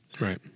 Right